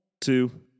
two